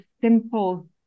simple